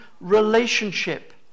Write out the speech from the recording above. relationship